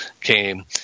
came